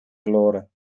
verloren